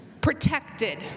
protected